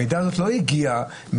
המידע הזה לא הגיע מהאוויר,